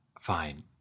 fine